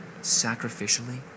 sacrificially